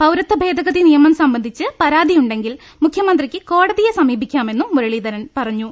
പൌരത്വം ഭേദഗതി നിയമം സംബന്ധിച്ച് പരാതിയുണ്ടെങ്കിൽ മുഖ്യമന്ത്രിയ്ക്ക് കോടതിയെ സമീപിക്കാ മെന്നും മുരളീധരൻ പറഞ്ഞു